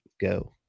go